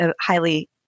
highly